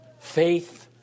faith